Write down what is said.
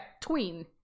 tween